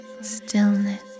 stillness